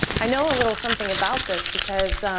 i know a little something about this because